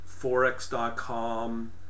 Forex.com